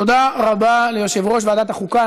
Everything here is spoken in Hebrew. תודה רבה ליושב-ראש ועדת החוקה.